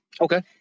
Okay